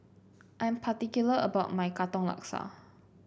I'm particular about my Katong Laksa